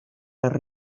les